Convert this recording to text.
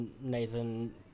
Nathan